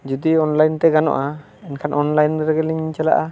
ᱡᱩᱫᱤ ᱛᱮ ᱜᱟᱱᱚᱜᱼᱟ ᱮᱱᱠᱷᱟᱱ ᱨᱮᱜᱮᱞᱤᱧ ᱪᱟᱞᱟᱜᱼᱟ